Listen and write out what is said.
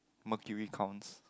mercury counts